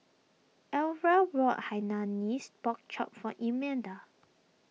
Elva bought Hainanese Pork Chop for Imelda